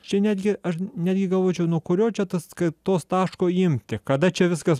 čia netgi aš netgi galvočiau nuo kurio čia atskaitos taško imti kada čia viskas